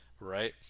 right